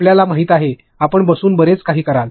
आपल्याला माहिती आहे आपण बसून बरेच काही कराल